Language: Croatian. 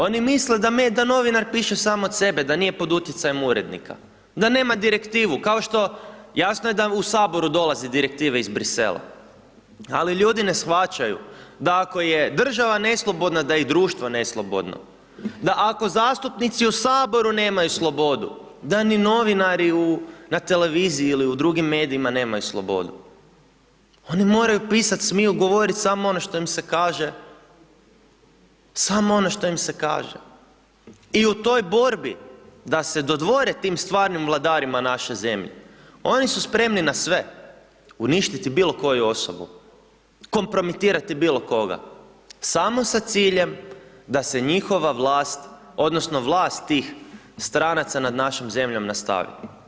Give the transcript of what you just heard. Oni misle da novinar piše sam od sebe, da nije pod utjecajem urednika, da nema Direktivu, kao što, jasno je da u HS dolazi Direktiva iz Brisela, ali ljudi ne shvaćaju da ako je država neslobodna da je i društvo neslobodno, da ako zastupnici u HS nemaju slobodu, da ni novinari na televiziji ili drugim medijima nemaju slobodu, oni moraju pisat, smiju govorit samo ono što im se kaže, samo ono što im se kaže i u toj borbi da se dodvore tim stvarnim vladarima u našoj zemlji, oni su spremni sve, uništiti bilo koju osobu, kompromitirati bilo koga, smo sa ciljem da se njihova vlast odnosno vlast tih stranaca nad našom zemljom nastavi.